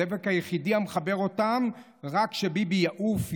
הדבק היחידי המחבר אותם: רק שביבי יעוף,